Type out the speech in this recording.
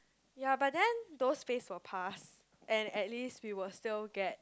ya but then those phase will pass and at least we will still get